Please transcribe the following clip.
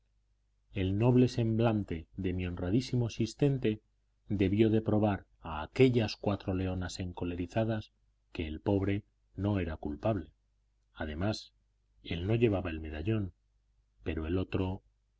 el noble semblante de mi honradísimo asistente debió de probar a aquellas cuatro leonas encolerizadas que el pobre no era culpable además él no llevaba el medallón pero el otro